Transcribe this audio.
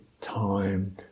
time